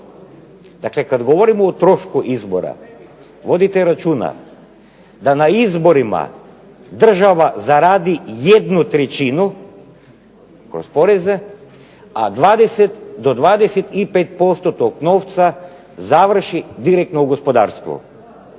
Dakle, kad govorimo o trošku izbora vodite računa da na izborima država zaradi 1/3 kroz poreze, a 20 od 25% tog novca završi direktno u gospodarstvu.